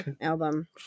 album